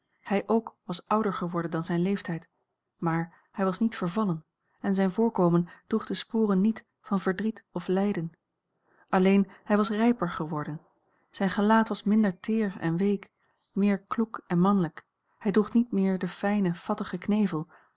hij ook was ouder geworden dan zijn leeftijd maar hij was niet vervallen en zijn voorkomen droeg de sporen niet van verdriet of lijden alleen hij was rijper geworden zijn gelaat was minder teer en week meer kloek en manlijk hij droeg niet meer den fijnen